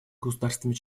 государствами